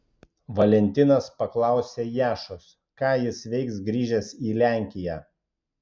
valentinas paklausė jašos ką jis veiks grįžęs į lenkiją